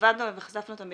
שעבדנו וחשפנו אותם,